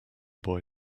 boy